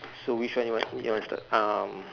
so which one you want you want start um